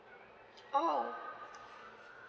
oh